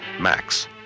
Max